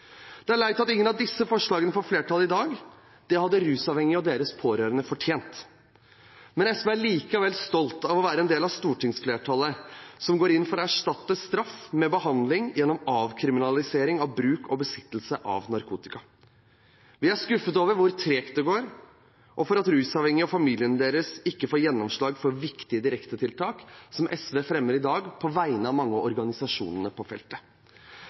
Det er leit at ingen av disse forslagene får flertall i dag. Det hadde rusavhengige og deres pårørende fortjent. Men SV er likevel stolt over å være en del av stortingsflertallet som går inn for å erstatte straff med behandling gjennom avkriminalisering av bruk og besittelse av narkotika. Vi er skuffet over hvor tregt det går, og over at rusavhengige og familiene deres ikke får gjennomslag for viktige direktetiltak som SV fremmer i dag på vegne av mange av organisasjonene på feltet.